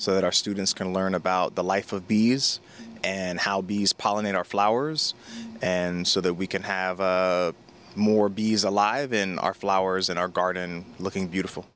so that our students can learn about the life of bees and how bees pollinate our flowers and so that we can have more bees alive in our flowers in our garden looking beautiful